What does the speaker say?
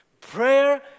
Prayer